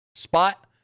spot